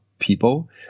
People